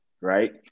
Right